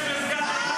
יש מסגד אל-אקצא,